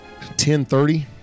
10.30